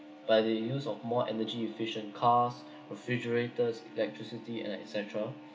by the use of more energy efficient cars refrigerators electricity and etcetera